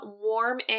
warm